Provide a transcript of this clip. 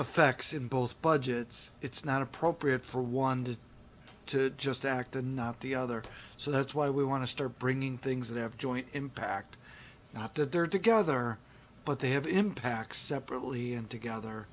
affects in both budgets it's not appropriate for one day to just act the not the other so that's why we want to start bringing things that have joint impact not that they're together but they have impacts separately and together